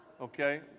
Okay